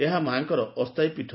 ଏହା ମାଙ୍କର ଅସ୍ତାୟୀ ପୀଠ